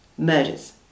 murders